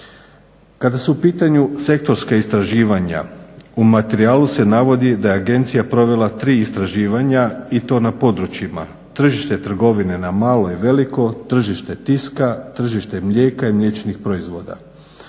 Kada su u pitanju sektorska istraživanja u materijalu se navodi da je agencija provela tri istraživanja i to na područjima tržište trgovine na malo i veliko, tržište tiska, tržište mlijeka i mliječnih proizvoda.